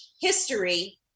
history